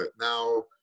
now